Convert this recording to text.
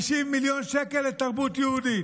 50 מיליון שקל לתרבות יהודית,